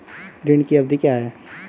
ऋण की अवधि क्या है?